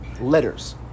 letters